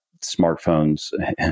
smartphones